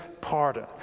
pardon